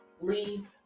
Leave